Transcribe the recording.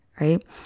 right